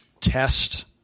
test